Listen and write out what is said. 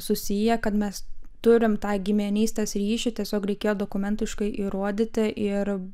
susiję kad mes turim tą giminystės ryšį tiesiog reikėjo dokumentiškai įrodyti ir